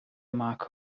mark